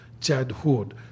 childhood